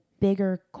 bigger